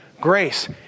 grace